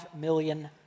million